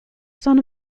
son